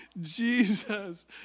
Jesus